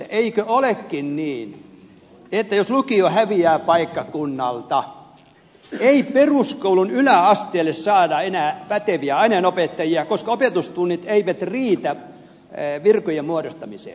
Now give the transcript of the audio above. eikö olekin niin että jos lukio häviää paikkakunnalta ei peruskoulun yläasteelle saada enää päteviä aineenopettajia koska opetustunnit eivät riitä virkojen muodostamiseen